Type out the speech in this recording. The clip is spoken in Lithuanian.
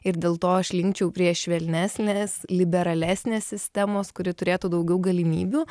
ir dėl to aš linkčiau prie švelnesnės liberalesnės sistemos kuri turėtų daugiau galimybių